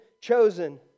chosen